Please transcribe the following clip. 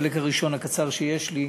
בחלק הראשון הקצר שיש לי,